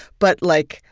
but, like,